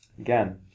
again